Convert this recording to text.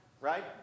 right